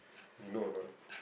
you know or not